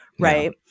Right